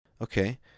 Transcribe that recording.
Okay